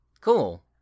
Cool